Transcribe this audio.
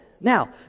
Now